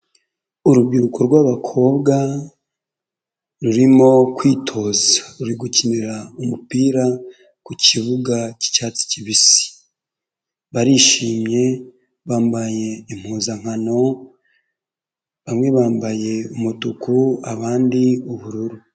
Urubyiruko rw'abakobwa rurimo kwitoza, ruri gukinira umupira ku kibuga cy'icyatsi kibisi, barishimye, bambaye impuzankano, bamwe bambaye umutuku, abandi ubururu.